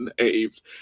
names